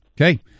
okay